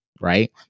right